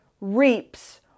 reaps